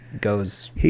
goes